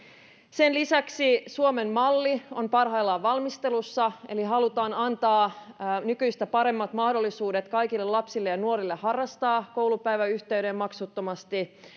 sen lisäksi suomen malli on parhaillaan valmistelussa eli halutaan antaa nykyistä paremmat mahdollisuudet kaikille lapsille ja nuorille harrastaa koulupäivän yhteydessä maksuttomasti